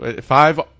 five